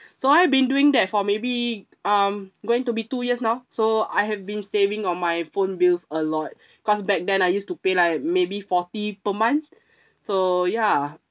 so I've been doing that for maybe um going to be two years now so I have been saving on my phone bills a lot cause back then I used to pay like maybe forty per month so ya